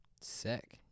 Sick